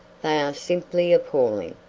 they are simply appalling.